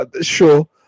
Sure